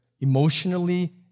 emotionally